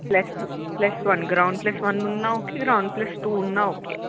plus plus one ground plus one ఉన్న okay ground place two ఉన్న okay